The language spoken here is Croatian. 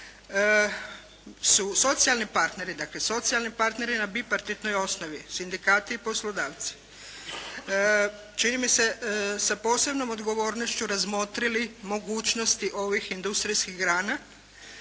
su socijalni partneri, dakle socijalni partneri na bipartitnoj osnovi sindikati i poslodavci čini mi se sa posebnom odgovornošću razmotrili mogućnosti ovih industrijskih grana